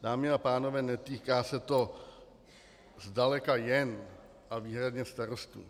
Dámy a pánové, netýká se to zdaleka jen a výhradně starostů.